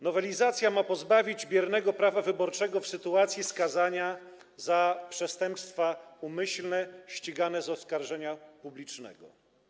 Nowelizacja ma pozbawić biernego prawa wyborczego w sytuacji skazania za przestępstwa umyślne ścigane z oskarżenia publicznego.